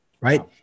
Right